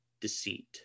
deceit